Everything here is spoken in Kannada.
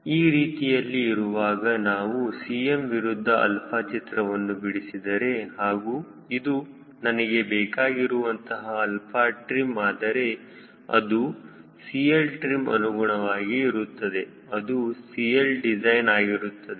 ಈ ರೀತಿಯಲ್ಲಿ ಇರುವಾಗ ನಾವು Cm ವಿರುದ್ಧ 𝛼 ಚಿತ್ರವನ್ನು ಬಿಡಿಸಿದರೆ ಹಾಗೂ ಇದು ನನಗೆ ಬೇಕಾಗಿರುವಂತಹ 𝛼trim ಆದರೆ ಅದು CLtrim ಅನುಗುಣವಾಗಿ ಇರುತ್ತದೆ ಅದು CLdesign ಆಗಿರುತ್ತದೆ